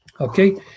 okay